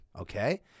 okay